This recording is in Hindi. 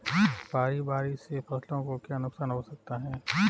भारी बारिश से फसलों को क्या नुकसान हो सकता है?